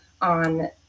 on